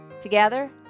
together